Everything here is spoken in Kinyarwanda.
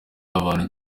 w’abantu